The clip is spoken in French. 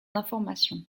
informations